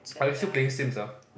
are you still playing Sims ah